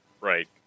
Right